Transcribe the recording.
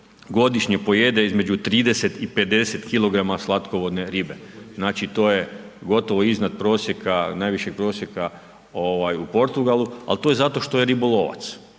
godišnje pojede između 30 i 50 kg slatkovodne ribe, znači to je gotovo iznad prosjeka, najvišeg prosjeka u Portugalu ali to je zato što je ribolovac,